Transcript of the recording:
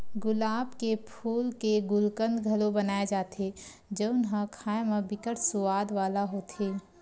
गुलाब के फूल के गुलकंद घलो बनाए जाथे जउन ह खाए म बिकट सुवाद वाला होथे